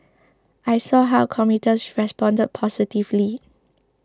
I saw how commuters responded positively